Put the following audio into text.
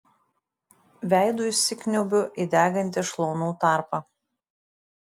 veidu įsikniaubiu į degantį šlaunų tarpą